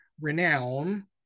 renown